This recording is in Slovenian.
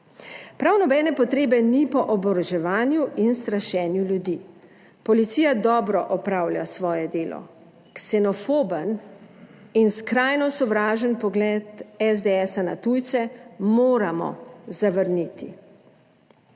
Prav nobene potrebe ni po oboroževanju in strašenju ljudi. Policija dobro opravlja svoje delo. Ksenofoben in skrajno sovražen pogled SDS na tujce moramo zavrniti.